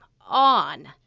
on